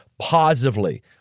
positively